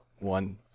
one